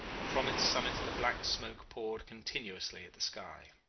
and from its summit the black smoke poured continuously at the sky.